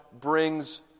brings